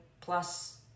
plus